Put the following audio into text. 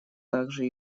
также